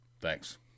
Thanks